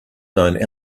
known